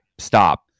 stop